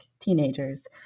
teenagers